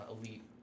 elite